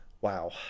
Wow